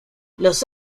los